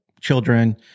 children